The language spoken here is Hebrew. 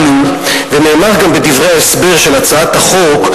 נאמר גם בדברי ההסבר של הצעת החוק,